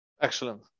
Excellent